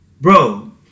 Bro